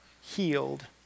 healed